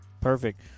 Perfect